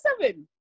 seven